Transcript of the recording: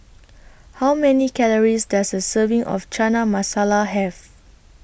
How Many Calories Does A Serving of Chana Masala Have